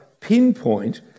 pinpoint